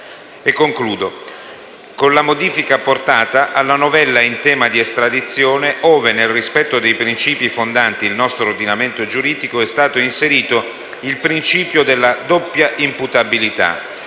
Concludo con la modifica apportata alla novella in tema di estradizione ove, nel rispetto dei principi fondanti il nostro ordinamento giuridico, è stato inserito il principio della doppia imputabilità,